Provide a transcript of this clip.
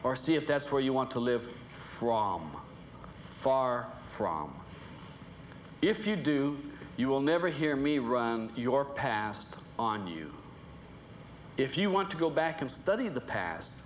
or see if that's where you want to live fromm far from if you do you will never hear me run your past on you if you want to go back and study of the past